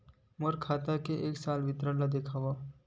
मोर खाता के एक साल के विवरण ल दिखाव?